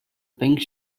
pink